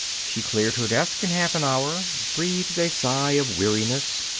she cleared her desk in half an hour, breathed a sigh of weariness,